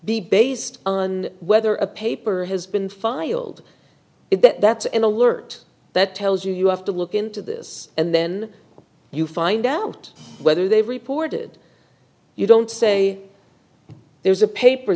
the based on whether a paper has been filed is that that's an alert that tells you you have to look into this and then you find out whether they've reported you don't say there's a paper